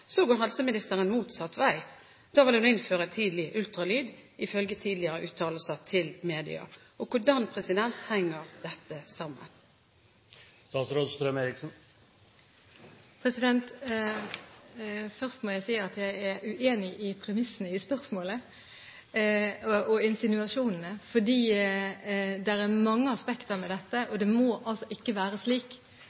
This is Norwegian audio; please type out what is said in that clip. går helseministeren motsatt vei. Da vil hun innføre tidlig ultralyd, ifølge tidligere uttalelser til media. Hvordan henger dette sammen? Først må jeg si at jeg er uenig i premissene i spørsmålet – og i insinuasjonene – fordi det er mange aspekter ved dette.